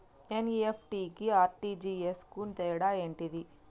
NEFT కి RTGS కు తేడా ఏంటిది?